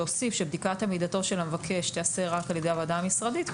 אפשר להוסיף שבדיקת עמידתו של המבקש תיעשה רק על ידי הוועדה המשרדית,